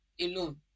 alone